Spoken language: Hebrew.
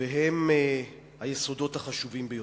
והם היסודות החשובים ביותר.